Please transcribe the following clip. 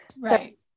Right